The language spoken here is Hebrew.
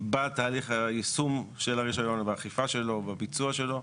בתהליך יישום של הרישיון, האכיפה שלו, בביצוע שלו,